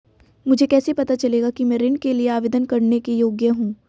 मुझे कैसे पता चलेगा कि मैं ऋण के लिए आवेदन करने के योग्य हूँ?